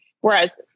whereas